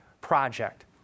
project